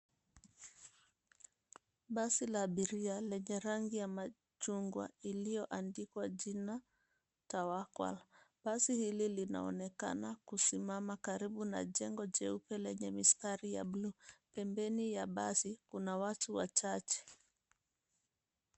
Basi la abiria lenye rangi ya machungwa iliyoandikwa jina Tawakal. Basi hili linaonekana kusimama karibu na jengo jeupe lenye mistari ya buluu. Pembeni ya basi kuna watu wachache.